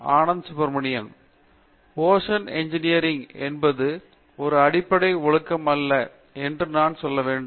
அனந்த சுப்பிரமணியன் ஓசான் இன்ஜினியரில் என்பது ஒரு அடிப்படை ஒழுக்கம் அல்ல என்று நான் சொல்ல வேண்டும்